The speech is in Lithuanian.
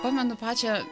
pamenu pačią